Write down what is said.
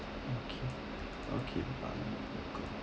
okay okay bali local